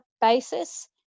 basis